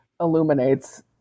illuminates